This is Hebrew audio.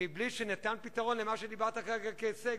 מבלי שניתן פתרון למה שדיברת עליו כרגע כהישג,